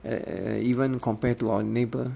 eh eh eh even compared to our neighbour